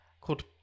Called